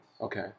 Okay